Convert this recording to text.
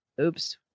Oops